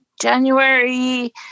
January